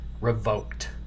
revoked